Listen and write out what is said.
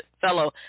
fellow